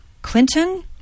clinton